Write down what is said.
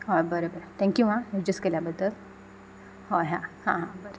हय बरें बरें थँक्यू आं एडजस्ट केल्या बद्दल हय हा हा हा बरें